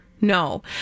no